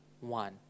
one